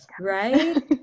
right